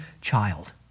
child